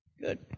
Good